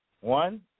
One